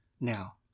Now